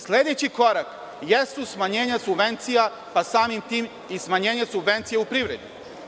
Sledeći korak jesu smanjenja subvencija, pa samim tim i smanjenje subvencija u privredi.